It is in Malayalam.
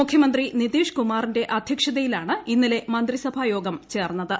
മുഖ്യമന്ത്രി നിതീഷ് കുമാറിന്റെ അധ്യക്ഷതയിലാണ് ഇന്നലെ മന്ത്രിസഭായോഗം ചേർന്നത്